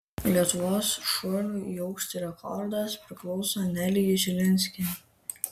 lietuvos šuolių į aukštį rekordas priklauso nelei žilinskienei